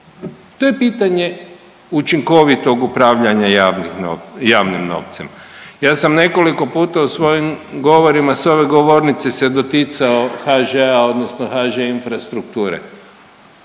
To je pitanje učinkovitog upravljanja javnim no…, javnim novcem. Ja sam nekoliko puta u svojim govorima s ove govornice se doticao HŽ-a odnosno HŽ-infrastrukture.